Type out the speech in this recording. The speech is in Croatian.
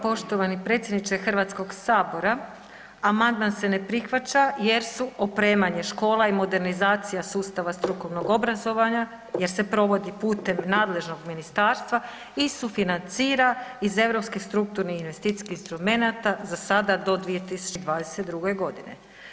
Poštovani predsjedniče Hrvatskoga sabora, amandman se ne prihvaća jer su opremanje škola i modernizacija sustava strukovnog obrazovanja jer se provodi putem nadležnog ministarstva i sufinancira iz europskih strukturnih investicijskih instrumenata za sada do 2022. godine.